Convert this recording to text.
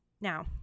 Now